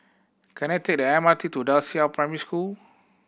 can I take the M R T to Da Qiao Primary School